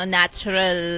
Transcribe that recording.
natural